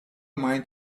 mind